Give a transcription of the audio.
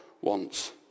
wants